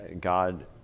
God